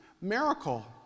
miracle